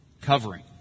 Covering